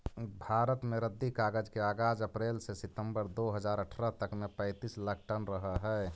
भारत में रद्दी कागज के आगाज अप्रेल से सितम्बर दो हज़ार अट्ठरह तक में पैंतीस लाख टन रहऽ हई